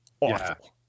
awful